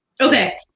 Okay